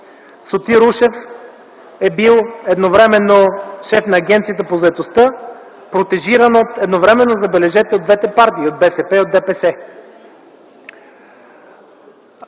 Сотир Ушев е бил едновременно шеф на Агенцията по заетостта, протежиран едновременно, забележете, от двете партии –БСП и ДПС.”